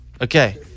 Okay